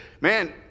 man